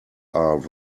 are